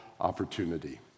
opportunity